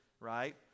right